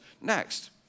next